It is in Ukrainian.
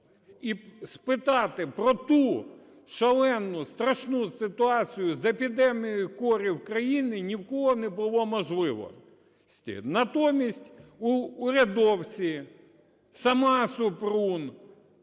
І спитати про ту шалену, страшну ситуацію з епідемією кору в Україні ні в кого не було можливості. Натомість урядовці, сама Супрун,